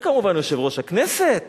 וכמובן, יושב-ראש הכנסת,